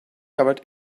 covered